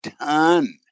ton